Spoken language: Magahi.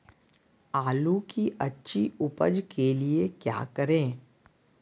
आलू की अच्छी उपज के लिए क्या करें?